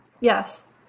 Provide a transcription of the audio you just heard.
yes